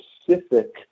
specific